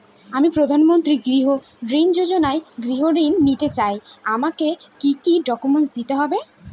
আমি প্রধানমন্ত্রী গৃহ ঋণ যোজনায় গৃহ ঋণ নিতে চাই আমাকে কি কি ডকুমেন্টস দিতে হবে?